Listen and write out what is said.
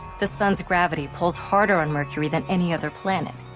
the sun's gravity pulls harder on mercury than any other planet,